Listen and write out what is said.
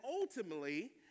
ultimately